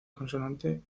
consonante